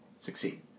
succeed